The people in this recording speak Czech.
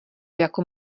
jako